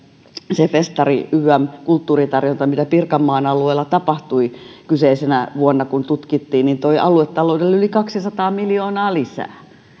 se festari ynnä muuta kulttuuritarjonta mitä pirkanmaan alueella tapahtui kyseisenä vuonna kun tutkittiin toi aluetaloudelle yli kaksisataa miljoonaa lisää